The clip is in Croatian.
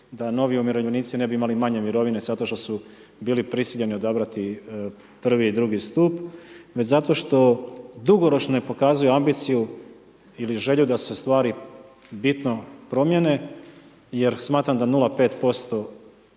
da novi umirovljenici ne bi imali manje mirovine zato što su bili prisiljeni odbrati prvi i drugi stup već zato što dugoročno ne pokazuju ambiciju ili želju da se stvari bitno promijene jer smatram da 0,5%